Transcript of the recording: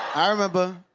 i remember.